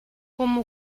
como